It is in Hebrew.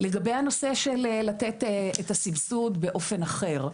לגבי הנושא של לתת את הסבסוד באופן אחר,